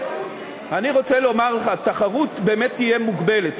אני רוצה לומר שהתחרות באמת תהיה מוגבלת.